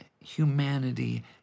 humanity